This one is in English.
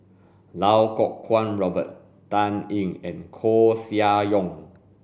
Iau Kuo Kwong Robert Dan Ying and Koeh Sia Yong